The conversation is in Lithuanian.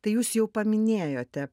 tai jūs jau paminėjote